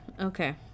okay